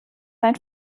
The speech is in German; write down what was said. sein